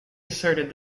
asserted